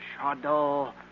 shadow